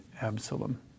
Absalom